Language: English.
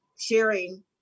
sharing